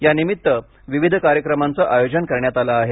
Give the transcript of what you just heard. यानिमित्त विविध कार्यक्रमांचं आयोजन करण्यात आलं आहे